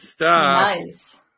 Nice